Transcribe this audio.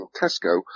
Tesco